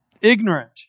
ignorant